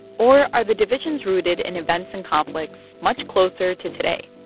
or are the divisions rooted in events and conflicts much closer to today?